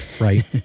Right